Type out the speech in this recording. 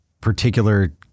particular